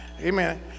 Amen